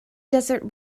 desert